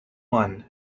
one